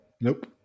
Nope